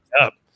up